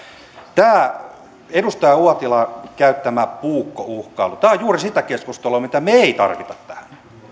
tämä edustaja uotilan käyttämä puukkouhkailu on juuri sitä keskustelua jota me emme tarvitse tähän